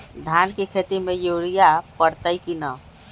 धान के खेती में यूरिया परतइ कि न?